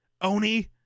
Oni